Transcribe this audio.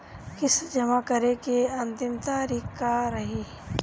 किस्त जमा करे के अंतिम तारीख का रही?